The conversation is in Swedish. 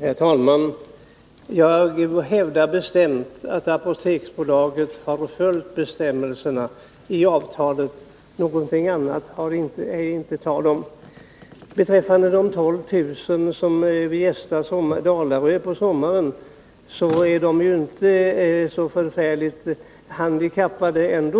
Herr talman! Jag vill bestämt hävda att Apoteksbolaget har följt bestämmelserna i avtalet. Något annat är det inte tal om. De 12 000 personer som gästar Dalarö på sommaren är ändå inte så förfärligt handikappade,